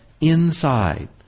inside